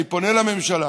אני פונה לממשלה